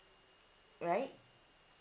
right